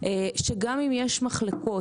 שגם אם יש מחלוקות,